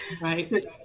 Right